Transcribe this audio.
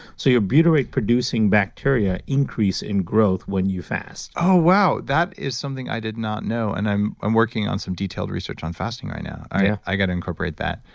so your butyrate producing bacteria increase in growth when you fast oh wow. that is something i did not know. and i'm i'm working on some detailed research on fasting right now. i got to incorporate that.